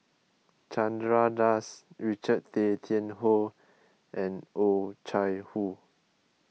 Chandra Das Richard Tay Tian Hoe and Oh Chai Hoo